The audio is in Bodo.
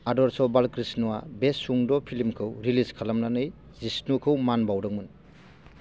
आदर्श बालकृष्णआ बे सुंद' फिल्मखौ रिलिज खालामनानै जिष्णुखौ मान बाउदोंमोन